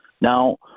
Now